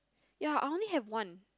ya I only have one